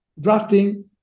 drafting